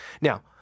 Now